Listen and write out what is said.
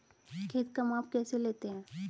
खेत का माप कैसे लेते हैं?